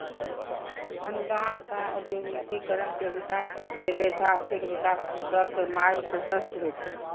अनुदान सं औद्योगिकीकरण के विकास होइ छै, जइसे आर्थिक विकासक मार्ग प्रशस्त होइ छै